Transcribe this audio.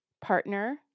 partner